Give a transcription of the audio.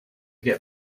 get